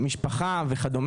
משפחה וכד'.